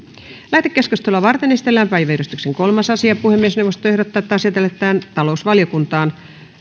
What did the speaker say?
lähetekeskustelua varten esitellään päiväjärjestyksen kolmas asia puhemiesneuvosto ehdottaa että asia lähetetään talousvaliokuntaan